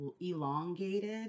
elongated